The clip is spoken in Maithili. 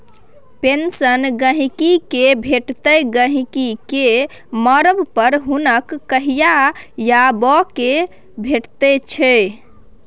पेंशन गहिंकी केँ भेटतै गहिंकी केँ मरब पर हुनक कनियाँ या बर केँ भेटतै